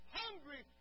hungry